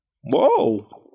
Whoa